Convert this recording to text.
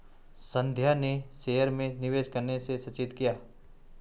संध्या ने शेयर में निवेश करने से सचेत किया